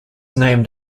named